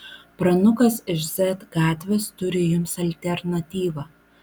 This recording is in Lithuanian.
pranukas iš z gatvės turi jums alternatyvą